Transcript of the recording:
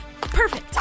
Perfect